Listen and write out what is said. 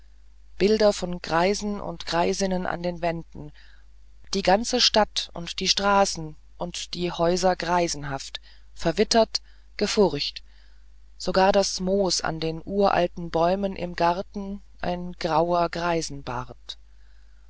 bilder von greisen und greisinnen an den wänden die ganze stadt und die straßen und die häuser greisenhaft verwittert gefurcht sogar das moos an den uralten bäumen im garten ein grauer greisenbart